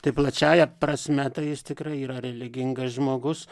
tai plačiąja prasme tai jis tikrai yra religingas žmogus